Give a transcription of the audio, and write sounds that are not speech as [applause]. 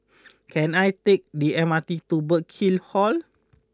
[noise] can I take the M R T to Burkill Hall